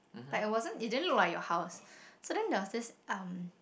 but it wasn't it didn't look like your house so then there was this um